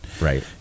Right